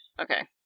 Okay